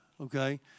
Okay